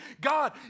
God